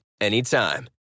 anytime